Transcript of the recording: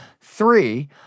Three